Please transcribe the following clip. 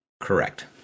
correct